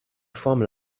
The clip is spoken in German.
formel